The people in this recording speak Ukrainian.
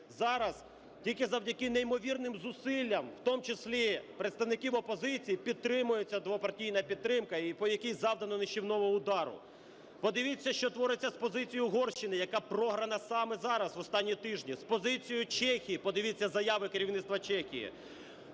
зараз тільки завдяки неймовірним зусиллям, в тому числі представників опозиції, підтримується двопартійна підтримка і по якій завдано нищівного удару. Подивіться, що твориться з позицією Угорщини, яка програна саме зараз, в останні тижні. З позицією Чехії, подивіться заяви керівництва Чехії.